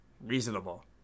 reasonable